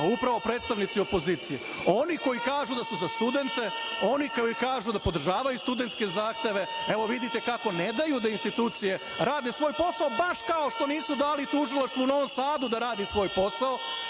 Pa, upravo predstavnici opozicije, oni koji kažu da su za studente, oni koji kažu da podržavaju studentske zahteve. Evo vidite kako ne daju da institucije rade svoj posao, baš kao što nisu dali Tužilaštvu u Novom Sadu da radi svoj posao,